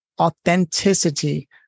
authenticity